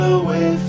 away